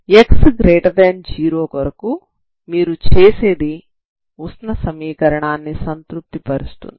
x0 కొరకు మీరు చేసేది ఉష్ణ సమీకరణాన్ని సంతృప్తి పరుస్తుంది